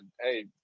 hey